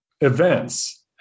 events